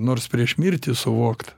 nors prieš mirtį suvokt